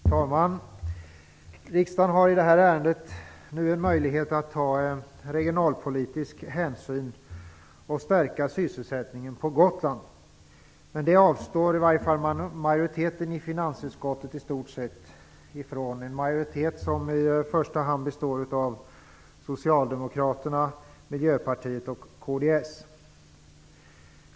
Fru talman! Riksdagen har i detta ärende en möjlighet att ta regionalpolitisk hänsyn och stärka sysselsättningen på Gotland, men det avstår majoriteten i finansutskottet i stort sett ifrån. Det är en majoritet som i första hand består av Socialdemokraterna, Miljöpartiet och kds.